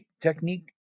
technique